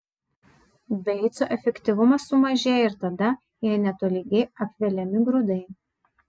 beico efektyvumas sumažėja ir tada jei netolygiai apveliami grūdai